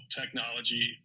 technology